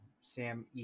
sam